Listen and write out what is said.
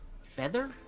feather